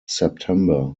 september